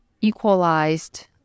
equalized